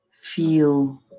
feel